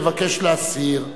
מבקש להסיר.